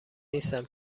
نیستم